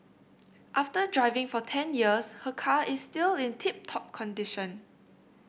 after driving for ten years her car is still in tip top condition